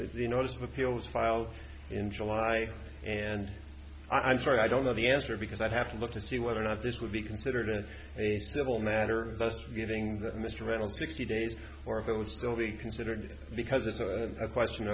that the notice of appeals filed in july and i'm sorry i don't know the answer because i'd have to look to see whether or not this would be considered a civil matter just giving that mr reynolds sixty days or it would still be considered because it's a question